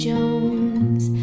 Jones